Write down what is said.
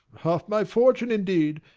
half my fortune indeed,